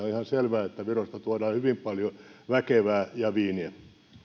on ihan selvää että virosta tuodaan hyvin paljon väkevää ja viiniä